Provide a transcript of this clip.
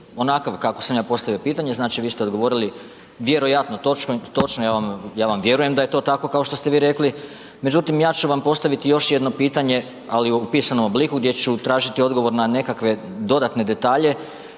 onakav kako sam ja postavio pitanje, znači vi ste odgovorili vjerojatno točno, ja vam vjerujem da je to tako kao što ste vi rekli, međutim, ja ću vam postaviti još jedno pitanje, ali u pisanom obliku, gdje ću tražiti odgovor na nekakve dodatne detalje